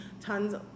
Tons